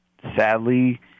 Sadly